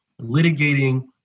litigating